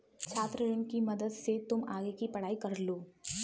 छात्र ऋण की मदद से तुम आगे की पढ़ाई कर लो